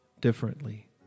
Differently